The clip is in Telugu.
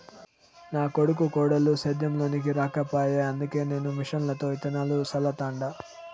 నా కొడుకు కోడలు సేద్యం లోనికి రాకపాయె అందుకే నేను మిషన్లతో ఇత్తనాలు చల్లతండ